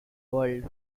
world